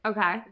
Okay